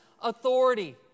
authority